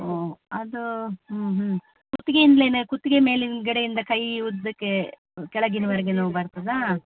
ಹ್ಞೂ ಅದು ಹ್ಞೂ ಹ್ಞೂ ಕುತ್ಗೆ ಇಂದಲೇನೆ ಕುತ್ಗೆ ಮೇಲೆ ಹಿಂದುಗಡೆ ಇಂದ ಕೈ ಉದ್ದಕ್ಕೆ ಕೆಳಗಿನವರೆಗೂ ಬರ್ತದಾ